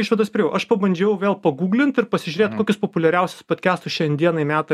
išvadas priėjau aš pabandžiau vėl paguglint ir pasižiūrėt kokius populiariausius podkestus šiandienai meta